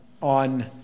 on